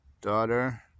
daughter